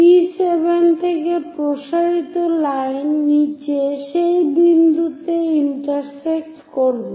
P7 থেকে প্রসারিত line নিচে সেই বিন্দুতে ইন্টারসেক্ট করবে